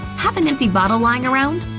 have an empty bottle lying around?